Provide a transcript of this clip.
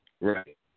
Right